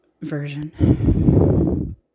version